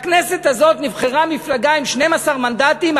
לכנסת הזאת נבחרה מפלגה עם 12 מנדטים,